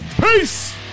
Peace